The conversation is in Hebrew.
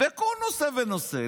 בכל נושא ונושא.